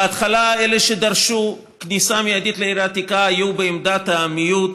בהתחלה אלה שדרשו כניסה מיידית לעיר העתיקה היו בעמדת המיעוט,